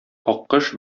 аккош